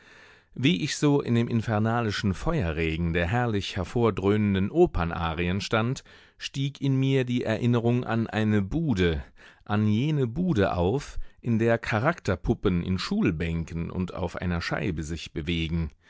wie ich so in dem infernalischen feuerregen der herrlich hervordröhnenden opernarien stand stieg in mir die erinnerung an eine bude an jene bude auf in der charakterpuppen in schulbänken und auf einer scheibe sich bewegen